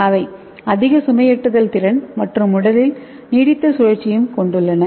அவை அதிக சுமையேற்றுதல் திறன் மற்றும் உடலில் நீடித்த சுழற்சியையும் கொண்டுள்ளன